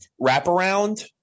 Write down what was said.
wraparound